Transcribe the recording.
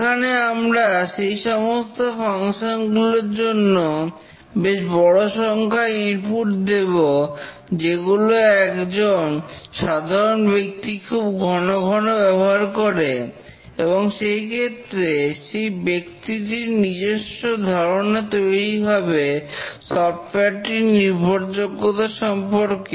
এখানে আমরা সেই সমস্ত ফাংশন গুলোর জন্য বেশ বড় সংখ্যায় ইনপুট দেবো যেগুলো একজন সাধারণ ব্যক্তি খুব ঘনঘন ব্যবহার করে এবং সেক্ষেত্রে সেই ব্যক্তিটির নিজস্ব ধারণা তৈরি হবে সফটওয়্যার টির নির্ভরযোগ্যতা সম্পর্কে